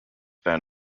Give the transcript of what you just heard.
van